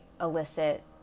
elicit